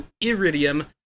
Iridium